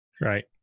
Right